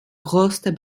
größter